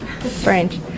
Strange